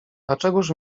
dlaczegóż